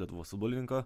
lietuvos futbolininko